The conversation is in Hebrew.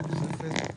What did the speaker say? בבקשה.